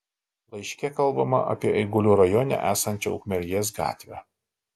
laiške kalbama apie eigulių rajone esančią ukmergės gatvę